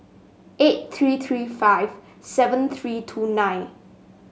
eight three three five seven three two nine